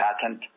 patent